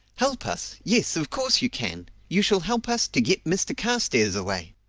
help us! yes, of course you can! you shall help us to get mr carstairs away!